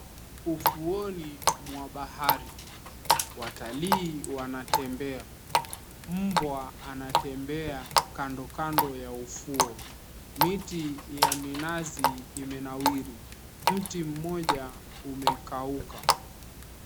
Ufuoni mwa bahari watalii wanatembea mbwa anatembea kandokando ya ufuo miti ya minazi imenawiri mti mmoja umekauka.